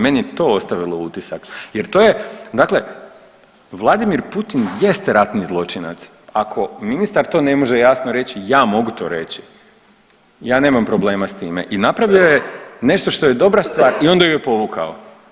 Meni je to ostavilo utisak jer to je, dakle Vladim Putin jeste ratni zločinac, ako ministar to ne može jasno reći, ja mogu to reći, ja nemam problema s time i napravio je nešto što je dobra stvar i onda ju je povukao.